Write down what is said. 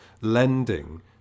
lending